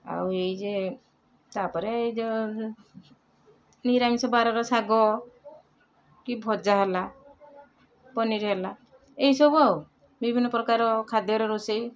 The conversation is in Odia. ଆଉ ଏଇ ଯେ ତାପରେ ଯେଉଁ ନିରାମିଷ ବାରର ଶାଗ କି ଭଜା ହେଲା ପନିରି ହେଲା ଏଇସବୁ ଆଉ ବିଭିନ୍ନ ପ୍ରକାର ଖାଦ୍ୟ ର ରୋଷେଇ